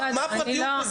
מה הפרטיות בזה?